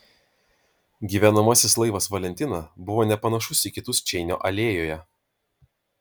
gyvenamasis laivas valentina buvo nepanašus į kitus čeinio alėjoje